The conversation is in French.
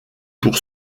pour